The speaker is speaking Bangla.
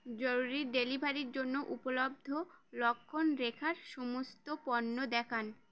জরুরির ডেলিভারির জন্য উপলব্ধ লক্ষ্মণরেখার সমস্ত পণ্য দেখান